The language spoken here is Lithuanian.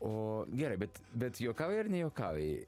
o gerai bet bet juokauji ar nejuokauji